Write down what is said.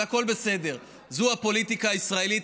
זה הכול בסדר, זו הפוליטיקה הישראלית.